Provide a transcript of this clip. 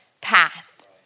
path